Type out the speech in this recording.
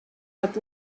dat